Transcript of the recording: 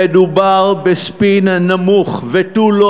מדובר בספין נמוך ותו-לא.